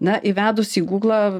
na įvedus į gūglą